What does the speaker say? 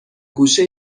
گوشه